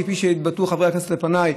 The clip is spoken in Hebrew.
כפי שהתבטאו חברי הכנסת לפניי,